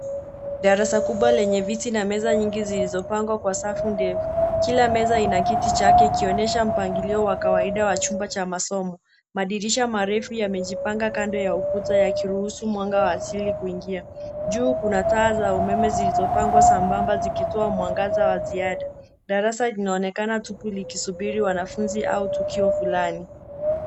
Darasa kubwa lenye viti na meza nyingi zilizo pangwa kwa safu ndefu. Kila meza ina kiti chake ikionyesha mpangilio wa kawaida wa chumba cha masomo. Madirisha marefu yamejipanga kando ya ukuta yakiruhusu mwanga wa asili kuingia. Juu kuna taa za umeme zilizopangwa sambamba zikitoa mwangaza wa ziada. Darasa linaonekana tupu likisubiri wanafunzi au tukio flani.